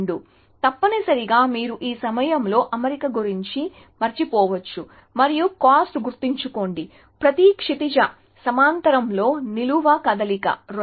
కాబట్టి తప్పనిసరిగా మీరు ఈ సమయంలో అమరిక గురించి మరచిపోవచ్చు మరియు కాస్ట్ గుర్తుంచుకోండి ప్రతి క్షితిజ సమాంతరంలో నిలువు కదలిక 2